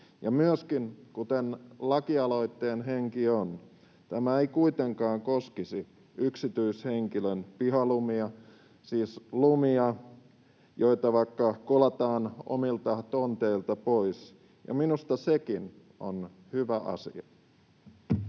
Myöskään, kuten lakialoitteen henki on, tämä ei kuitenkaan koskisi yksityishenkilön pihalumia — siis lumia, joita vaikka kolataan omilta tonteilta pois — ja minusta sekin on hyvä asia.